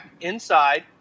inside